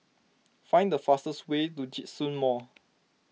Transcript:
find the fastest way to Djitsun Mall